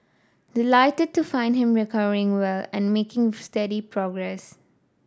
delighted to find him recovering well and making steady progress